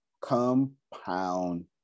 compound